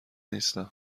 نیستم